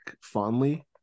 fondly